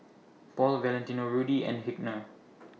Paul Valentino Rudy and